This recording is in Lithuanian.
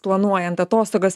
planuojant atostogas